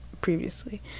previously